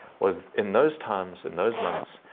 was, in those times, in those months,